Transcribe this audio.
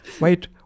wait